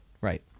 Right